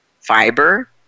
fiber